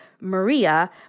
Maria